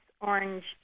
orange